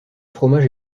fromage